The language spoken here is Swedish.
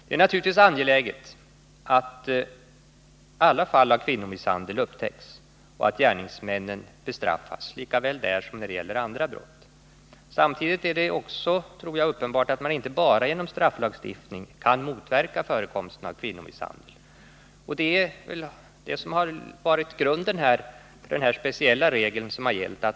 Det är naturligtvis angeläget, lika väl som när det gäller andra brott, att alla fall av kvinnomisshandel upptäcks och att gärningsmännen bestraffas. Samtidigt tror jag det är uppenbart att man inte bara genom strafflagstiftning kan motverka förekomsten av kvinnomisshandel. Det är det förhållandet som har varit grunden till den speciella regel som har gällt.